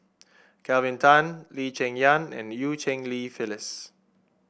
Kelvin Tan Lee Cheng Yan and Eu Cheng Li Phyllis